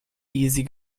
easy